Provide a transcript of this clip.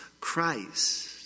Christ